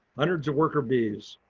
hundreds of worker bees.